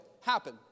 happen